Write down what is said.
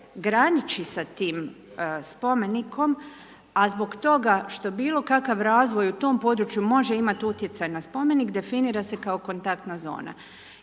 graniči s tim spomenikom, a zbog toga, što bilo kakav razvoj u tom području, može imati utjecaj na spomenik, definira se kao kontaktna zona.